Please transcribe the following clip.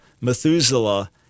Methuselah